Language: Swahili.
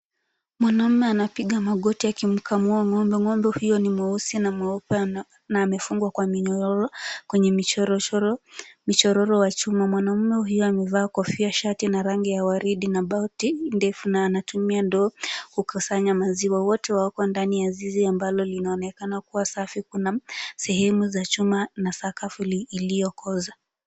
Mwanaume anapiga magoti akimkamua ng'ombe. Ng'ombe huyo ni mweusi na mweupe, na amefungwa na minyororo kwenye michororo wa chuma. Mwanaume huyo amevaa kofia, shati la rangi ya waridi na buti ndefu na anatumia ndoo kukusanya maziwa. Wote wako ndani ya zizi ambalo linaonekana kuwa safi. Kuna sehemu za chuma na sakafu iliyokoza.